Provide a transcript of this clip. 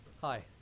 Hi